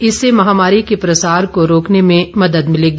इससे महामारी के प्रसार को रोकने में मदद मिलेगी